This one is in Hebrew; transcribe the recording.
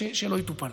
זה לא יטופל.